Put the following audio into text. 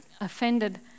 offended